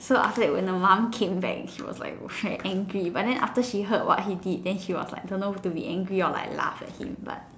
so after that when the mom came back she was like very angry but then after she heard what he did then she was like don't know to be angry or like laugh at him but